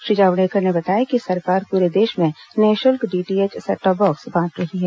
श्री जावड़ेकर ने बताया कि सरकार प्ररे देश में निःशुल्क डीटीएच सेटटॉप बॉक्स बांट रही है